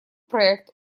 проект